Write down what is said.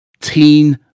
teen